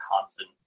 constant